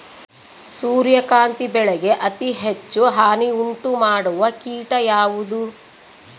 ಸೂರ್ಯಕಾಂತಿ ಬೆಳೆಗೆ ಅತೇ ಹೆಚ್ಚು ಹಾನಿ ಉಂಟು ಮಾಡುವ ಕೇಟ ಯಾವುದು?